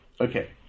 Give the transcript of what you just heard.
Okay